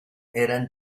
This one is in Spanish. eran